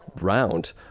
round